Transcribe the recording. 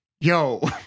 Yo